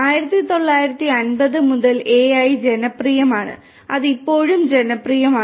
1950 മുതൽ AI ജനപ്രിയമാണ് അത് ഇപ്പോഴും ജനപ്രിയമാണ്